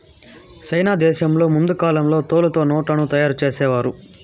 సైనా దేశంలో ముందు కాలంలో తోలుతో నోట్లను తయారు చేసేవారు